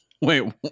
Wait